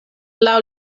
laŭ